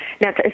Now